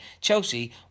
Chelsea